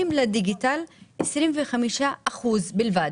25% בלבד.